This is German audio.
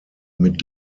mit